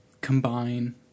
combine